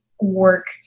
work